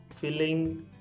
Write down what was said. filling